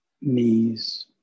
knees